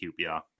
QPR